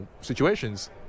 situations